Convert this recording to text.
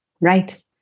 Right